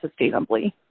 sustainably